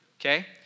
okay